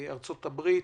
ארצות הברית.